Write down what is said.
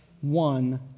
one